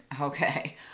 Okay